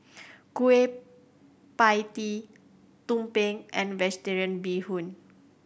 Kueh Pie Tee Tumpeng and Vegetarian Bee Hoon